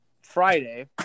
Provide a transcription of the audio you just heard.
Friday